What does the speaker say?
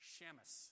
Shamus